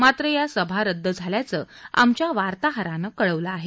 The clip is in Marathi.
मात्र या सभा रद्द झाल्याचं आमच्या वार्ताहरानं कळवलं आहे